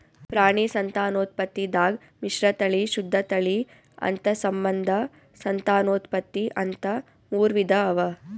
ಪ್ರಾಣಿ ಸಂತಾನೋತ್ಪತ್ತಿದಾಗ್ ಮಿಶ್ರತಳಿ, ಶುದ್ಧ ತಳಿ, ಅಂತಸ್ಸಂಬಂಧ ಸಂತಾನೋತ್ಪತ್ತಿ ಅಂತಾ ಮೂರ್ ವಿಧಾ ಅವಾ